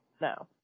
No